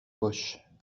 poches